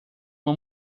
uma